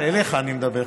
אליך אני מדבר,